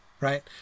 right